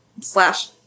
slash